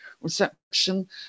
reception